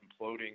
imploding